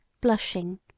blushing